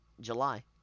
july